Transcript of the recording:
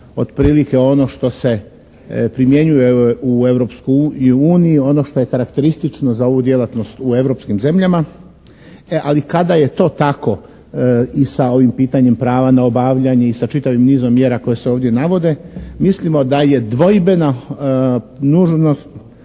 otprilike ono što se primjenjuje u Europskoj uniji, ono što je karakteristično za ovu djelatnost u europskim zemljama, e ali kada je to tako i sa ovim pitanjem prava na obavljanje i sa čitavim nizom mjera koje se ovdje navode mislimo da je dvojbena dužnost,